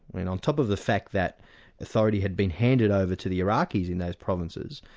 and on top of the fact that authority had been handed over to the iraqis in those provinces,